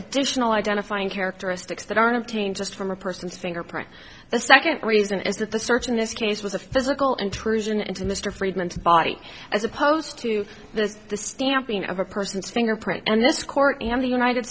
additional identifying characteristics that aren't of team just from a person's fingerprint the second reason is that the search in this case was a physical intrusion into mr friedman body as opposed to the stamping of a person's fingerprint and this court and the united